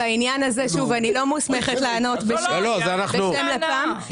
שוב, בעניין הזה אני לא מוסמכת לענות בשם לפ"ם.